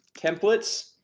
templates,